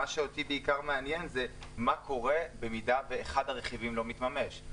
מה שאותי בעיקר מעניין הוא מה קורה במידה שאחד הרכיבים לא מתממש.